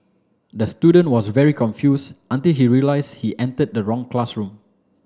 the student was very confused until he realised he entered the wrong classroom